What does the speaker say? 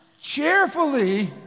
Cheerfully